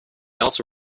also